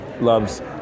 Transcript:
Love's